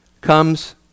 comes